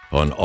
on